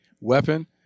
weapon